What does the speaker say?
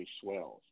swells